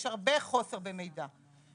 יש הרבה חוסר במידע.